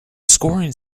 scoring